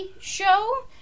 show